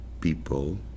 people